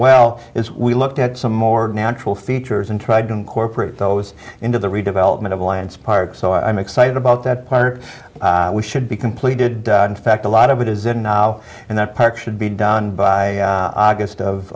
well as we looked at some more natural features and tried to incorporate those into the redevelopment of alliance park so i'm excited about that part we should be completed in fact a lot of it is in now and that part should be done by august of